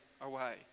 away